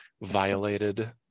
violated